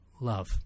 Love